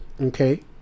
Okay